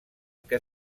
que